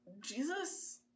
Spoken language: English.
Jesus